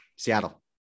Seattle